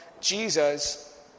Jesus